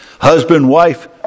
husband-wife